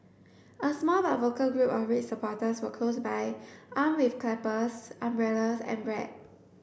a small but vocal group of red supporters were close by armed with clappers umbrellas and